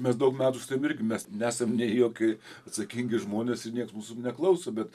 mes daug metų su tavim irgi mes nesam nei joki atsakingi žmonės ir nieks mūsų neklauso bet